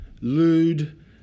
lewd